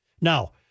Now